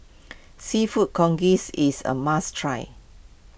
Seafood Congee is a must try